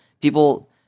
people